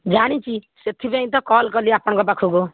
ଜାଣିଛି ସେଥିପାଇଁ ତ କଲ୍ କଲି ଆପଣଙ୍କ ପାଖକୁ